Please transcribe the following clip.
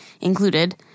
included